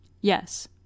Yes